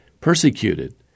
persecuted